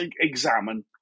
examine